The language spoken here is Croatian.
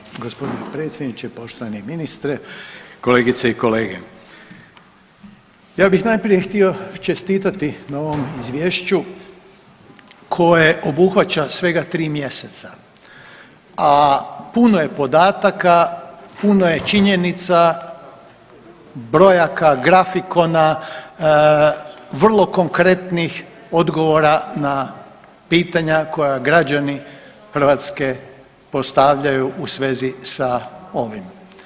Poštovani gospodine predsjedniče, poštovani ministre, kolegice i kolege, ja bih najprije htio čestitati na ovom izvješću koje obuhvaća svega 3 mjeseca, a puno je podataka, puno je činjenica, brojaka, grafikona vrlo konkretnih odgovora na pitanja koja građani Hrvatske postavljaju u svezi sa ovim.